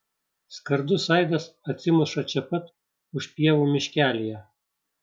skardus aidas atsimuša čia pat už pievų miškelyje